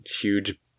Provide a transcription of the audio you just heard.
huge